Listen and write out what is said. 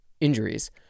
injuries